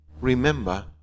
Remember